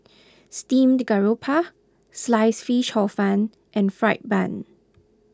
Steamed Garoupa Sliced Fish Hor Fun and Fried Bun